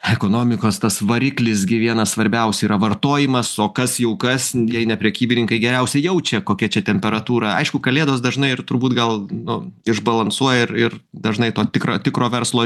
ekonomikos tas variklis gi vienas svarbiausių yra vartojimas o kas jau kas jei ne prekybininkai geriausiai jaučia kokia čia temperatūra aišku kalėdos dažnai ir turbūt gal nu išbalansuoja ir ir dažnai to tikro tikro verslo